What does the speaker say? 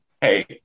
Hey